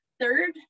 Third